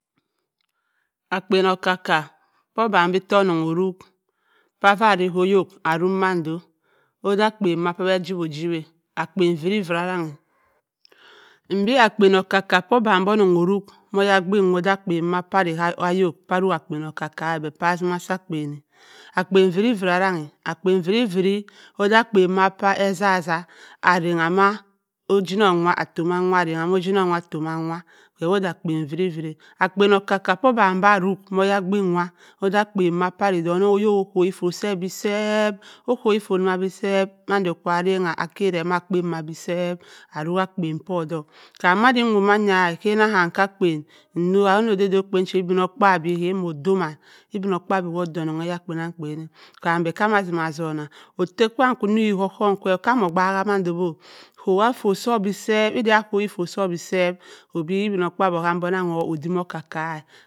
Akpen okka-oka to obanbi tta onnong orok kawva ara ko oyok arok mando oda akpen pabe aji wi ojiwa akpen viri vi-ri arrang a mbe akpen akka-oka to obanbi onnong orok mo oya-pinn wa oda akpen pa ara ka ayok pa arok akpe okka-ka-a be paa atzimi asi akpen akpen viri-viri arranng-a akpen viri-viri oda akpen wa kwa eza-a-aza amma ranng wa oguonnong wa aroan oguinnong wa atto ma ke wo da akpen viri-viri-a akpen okka-oka tto odan bi arok mo oyabin wa oda akpen da onnong okowi se bi seep okuwi fott se bi seep mando kwa aurang akere akpen wa su seep aroke akpen kwu dok kan madon nwowa mayia ikannancy ka iki akpen nnok-a onno da idinokpaabyi omo do man ibiinokaabyi omo odo onnong kpa nna kpen kam be akam asi azokbua otte kwaam nn wo ko ohoun kwe odi kowi fott su be seep ida kowi fott sa be seep obi ibinokaabyi oham bi onnan oo odim okka-oka-a.